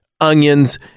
onions